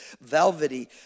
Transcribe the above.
velvety